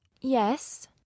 yes